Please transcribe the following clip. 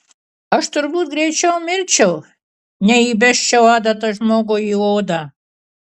aš turbūt greičiau mirčiau nei įbesčiau adatą žmogui į odą